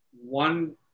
One